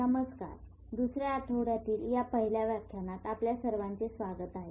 नमस्कार दुसऱ्या आठवड्यातील या पहिल्या व्याख्यानात आपल्या सर्वांचे स्वागत आहे